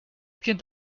kind